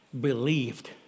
believed